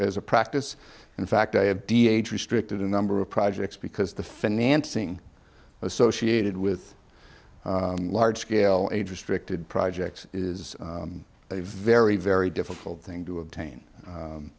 as a practice in fact i have d h restricted a number of projects because the financing associated with large scale interest directed projects is a very very difficult thing to obtain